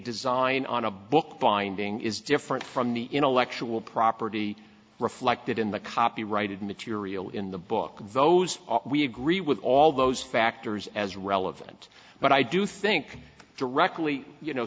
design on a book binding is different from the intellectual property reflected in the copyrighted material in the book those we agree with all those factors as relevant but i do think directly you know